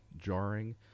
jarring